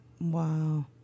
Wow